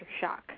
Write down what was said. shock